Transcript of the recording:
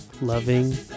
loving